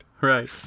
right